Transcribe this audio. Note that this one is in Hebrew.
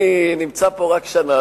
אני נמצא פה רק שנה,